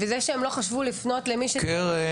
והעובדה שהם לא חשבו לפנות למי --- קרן,